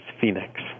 Phoenix